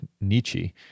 Nietzsche